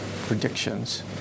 predictions